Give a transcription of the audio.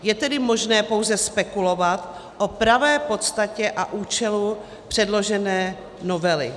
Je tedy možné pouze spekulovat o pravé podstatě a účelu předložené novely.